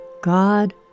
God